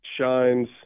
shines